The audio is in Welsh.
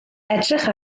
edrych